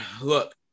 look